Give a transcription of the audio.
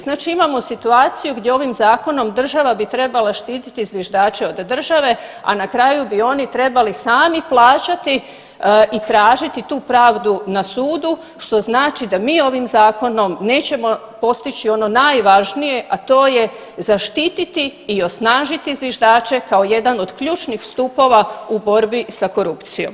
Znači imamo situaciju gdje ovim zakonom država bi trebala štititi zviždače od države, a na kraju bi oni trebali sami plaćati i tražiti tu pravdu na sudu što znači da mi ovim zakonom nećemo postići ono najvažnije, a to je zaštititi i osnažiti zviždače kao jedan od ključnih stupova u borbi sa korupcijom.